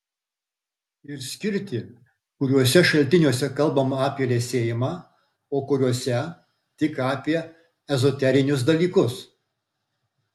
ir skirti kuriuose šaltiniuose kalbama apie liesėjimą o kuriuose tik apie ezoterinius dalykus